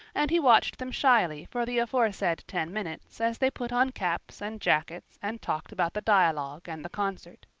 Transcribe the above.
and he watched them shyly for the aforesaid ten minutes as they put on caps and jackets and talked about the dialogue and the concert.